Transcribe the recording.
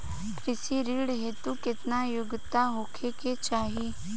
कृषि ऋण हेतू केतना योग्यता होखे के चाहीं?